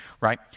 right